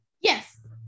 Yes